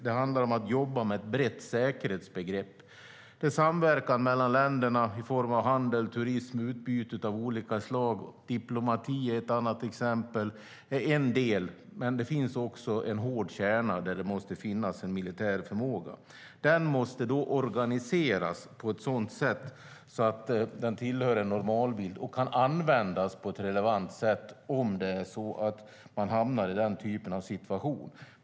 Det handlar om att jobba med ett brett säkerhetsbegrepp, där samverkan mellan länderna i form av handel, turism och utbyte av olika slag är en del. Diplomati är ett annat exempel. Men det finns också en hård kärna där det måste finnas en militär förmåga. Denna måste organiseras på ett sådant sätt att den tillhör normalbilden och kan användas på ett relevant sätt om man hamnar i den typen av situation.